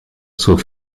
zur